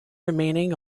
remaining